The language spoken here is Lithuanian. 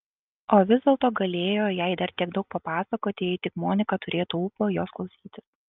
o vis dėlto galėjo jai dar tiek daug papasakoti jei tik monika turėtų ūpo jos klausytis